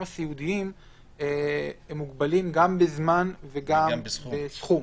הסיעודיים מוגבלים גם בזמן וגם בסכום.